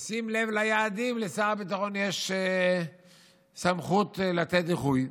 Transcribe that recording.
בשים לב ליעדים, לשר הביטחון יש סמכות לתת דיחוי.